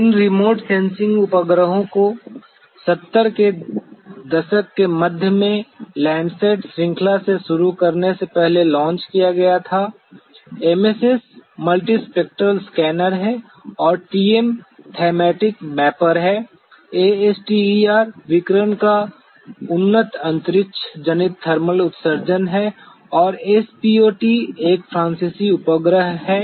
इन remote sensing उपग्रहों को 70 के दशक के मध्य में LANDSAT श्रृंखला से शुरू करने से पहले लॉन्च किया गया था MSS मल्टीस्पेक्ट्रल स्कैनर है और TM थैमैटिक मैपर है ASTER विकिरण का उन्नत अंतरिक्ष जनित थर्मल उत्सर्जन है और SPOT एक फ्रांसीसी उपग्रह है